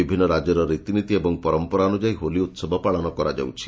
ବିଭିନ୍ ରାଜ୍ୟର ରିତିନୀତି ଏବଂ ପରମ୍ପରା ଅନୁଯାୟୀ ହୋଲି ଉହବ ପାଳନ କରାଯାଉଛି